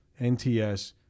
NTS